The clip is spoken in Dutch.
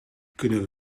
kunnen